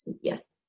Yes